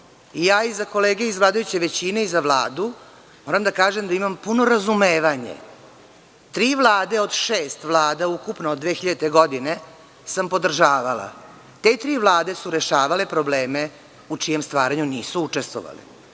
za kolege iz većine i za Vladu moram da kažem da imam puno razumevanje. Tri vlade od šest vlada ukupno od 2000. godine, sam podržavala. Te tri vlade su rešavale probleme u čijem stvaranju nisu učestvovale.